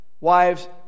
Wives